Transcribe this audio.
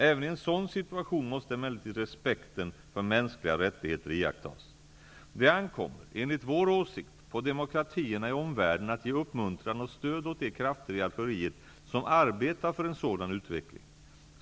Även i en sådan situation måste emellertid respekten för mänskliga rättigheter iakttas. Det ankommer, enligt vår åsikt, på demokratierna i omvärlden att ge uppmuntran och stöd åt de krafter i Algeriet som arbetar för en sådan utveckling.